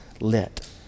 lit